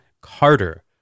Carter